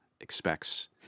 expects